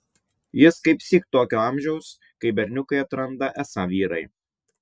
jis kaipsyk tokio amžiaus kai berniukai atranda esą vyrai